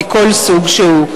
מכל סוג שהוא.